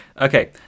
Okay